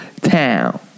Town